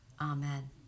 Amen